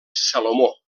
salomó